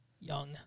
young